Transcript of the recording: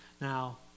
Now